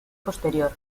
posterior